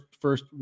first